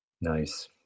Nice